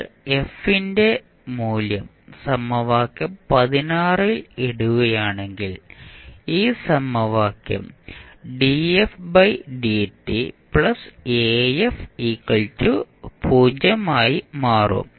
നിങ്ങൾ f ന്റെ മൂല്യം സമവാക്യം ൽ ഇടുകയാണെങ്കിൽ ഈ സമവാക്യം ആയി മാറും